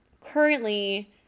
currently